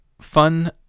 fun